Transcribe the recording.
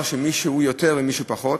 שאומר שמישהו הוא יותר או מישהו הוא פחות.